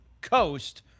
COAST